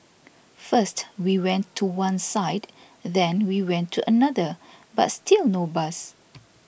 first we went to one side then we went to another but still no bus